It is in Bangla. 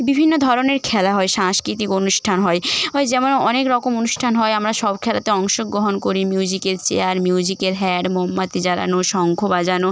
বিভিন্ন ধরনের খেলা হয় সাংস্কৃতিক অনুষ্ঠান হয় ওই যেমন অনেক রকম অনুষ্ঠান হয় আমরা সব খেলাতে অংশগ্রহণ করি মিউজিক্যাল চেয়ার মিউজিক্যাল হ্যান্ড মোমবাতি জ্বালানো শঙ্খ বাজানো